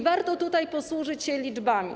Warto tutaj posłużyć się liczbami.